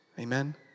Amen